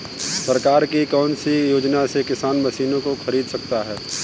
सरकार की कौन सी योजना से किसान मशीनों को खरीद सकता है?